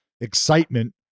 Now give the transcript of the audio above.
excitement